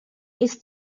ist